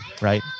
Right